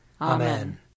Amen